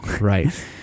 Right